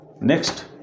Next